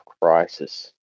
crisis